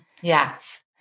Yes